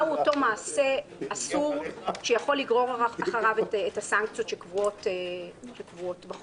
מהו אותו מעשה אסור שיכול לגרור אחריו את הסנקציות שקבועות בחוק.